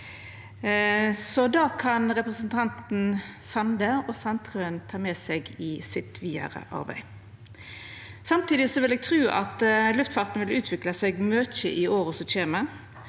Det kan representantane Sande og Sandtrøen ta med seg i sitt vidare arbeid. Samtidig trur eg at luftfarten vil utvikla seg mykje i åra som kjem.